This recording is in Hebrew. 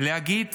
להגיד